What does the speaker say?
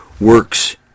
works